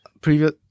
previous